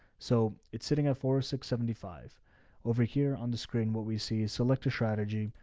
so it's sitting at four, six seventy five over here on the screen. what we see is select a strategy.